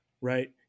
Right